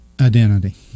identity